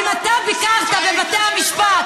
אם אתה ביקרת בבתי המשפט,